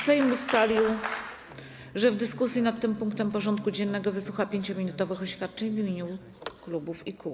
Sejm ustalił, że w dyskusji nad tym punktem porządku dziennego wysłucha 5-minutowych oświadczeń w imieniu klubów i kół.